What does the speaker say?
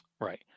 right